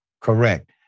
correct